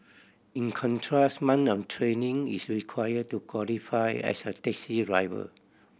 in contrast month of training is require to qualify as a taxi driver